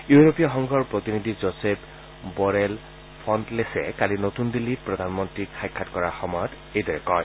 ইউৰোপীয় সংঘৰ প্ৰতিনিধি যোচেফ বৰেল ফনটেলছে কালি নতুন দিল্লীত প্ৰধানমন্ত্ৰীক সাক্ষাৎ কৰাৰ সময়ত এইদৰে কয়